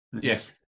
Yes